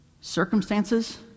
Circumstances